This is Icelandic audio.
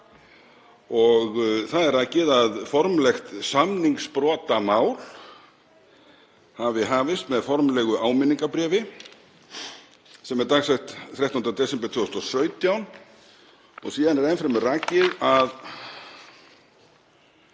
Rakið er að formlegt samningsbrotamál hafi hafist með formlegu áminningarbréfi sem dagsett er 13. desember 2017. Síðan er enn fremur rakið að